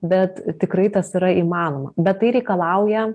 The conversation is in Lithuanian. bet tikrai tas yra įmanoma bet tai reikalauja